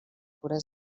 cura